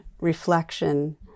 reflection